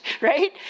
right